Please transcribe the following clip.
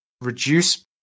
reduce